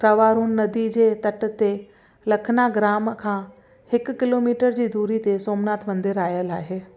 रवारन नदी जे तट ते लखना ग्राम खां हिकु किलोमीटर जी दूरी ते सोमनाथ मंदिर आयल आहे